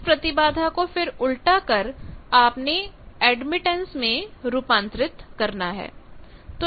इस प्रतिबाधा को फिर उल्टा कर आपने एडमिटेंस में रूपांतरित करना है